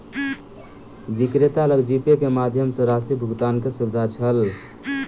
विक्रेता लग जीपे के माध्यम सॅ राशि भुगतानक सुविधा छल